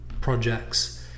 projects